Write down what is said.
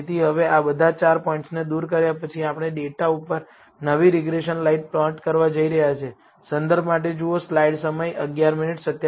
તેથી હવે આ બધા ચાર પોઇન્ટ્સને દૂર કર્યા પછી આપણે ડેટા ઉપર નવી રીગ્રેસન લાઇન પ્લોટ કરવા જઈ રહ્યા છીએ